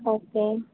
okay